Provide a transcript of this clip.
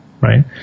right